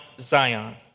Zion